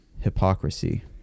hypocrisy